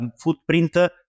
footprint